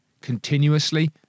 continuously